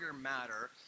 matter